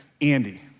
Andy